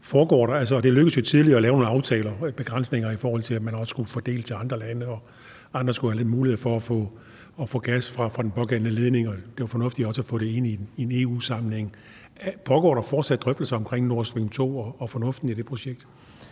at lave nogle aftaler og begrænsninger, i forhold til at man også skulle fordele til andre lande, og at andre skulle have mulighed for at få gas fra den pågældende ledning, og at det var fornuftigt også at få det ind i en EU-sammenhæng. Pågår der fortsat drøftelser omkring Nord Stream 2 og fornuften i det projekt?